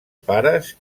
pares